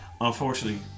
unfortunately